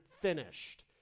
finished